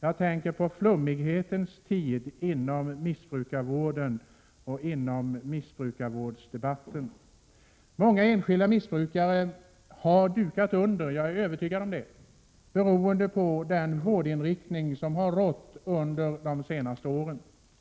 Jag tänker på flummighetens tid inom missbrukarvården och i missbrukarvårdsdebatten. Jag är övertygad om att många missbrukare har dukat under beroende på den vårdinriktning som har rått under de senaste åren.